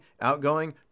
outgoing